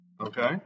Okay